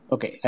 Okay